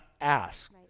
ask